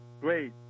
Great